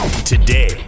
Today